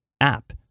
app